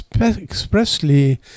expressly